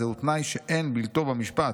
זהו תנאי שאין בלתו במשפט.